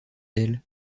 elle